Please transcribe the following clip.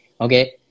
Okay